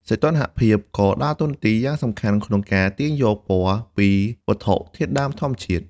សីតុណ្ហភាពក៏ដើរតួនាទីយ៉ាងសំខាន់ក្នុងការទាញយកពណ៌ពីវត្ថុធាតុដើមធម្មជាតិ។